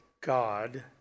God